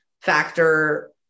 factor